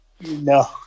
no